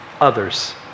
others